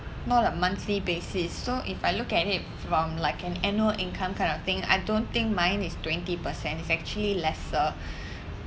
not like monthly basis so if I look at it from like an annual income kind of thing I don't think mine is twenty percent is actually lesser